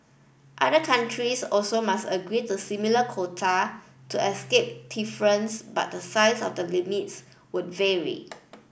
other countries also must agree to similar quota to escape tariffs but the size of the limits would vary